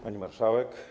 Pani Marszałek!